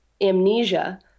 amnesia